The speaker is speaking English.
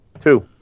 Two